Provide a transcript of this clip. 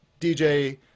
DJ